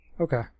Okay